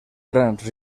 grans